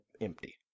empty